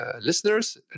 listeners